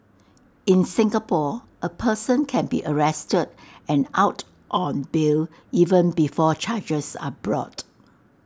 in Singapore A person can be arrested and out on bail even before charges are brought